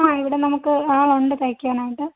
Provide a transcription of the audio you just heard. ആ ഇവിടെ നമുക്ക് ആളുണ്ട് തയ്ക്കാനായിട്ട്